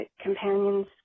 companions